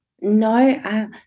No